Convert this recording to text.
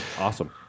Awesome